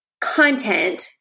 content